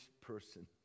person